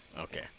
okay